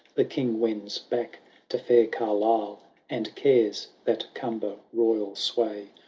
the king wends back to fair carlisle and cares, that cumber royal sway.